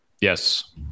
Yes